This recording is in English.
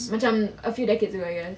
macam a few decades ago I guess